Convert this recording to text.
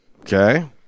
Okay